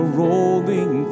rolling